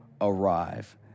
arrive